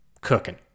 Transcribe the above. cooking